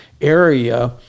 area